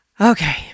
Okay